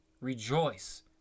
rejoice